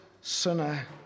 sinner